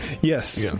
Yes